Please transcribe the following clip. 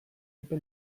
epe